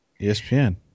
ESPN